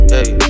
Hey